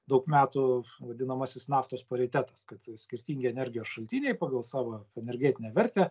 daug metų vadinamasis naftos paritetas kad skirtingi energijos šaltiniai pagal savo energetinę vertę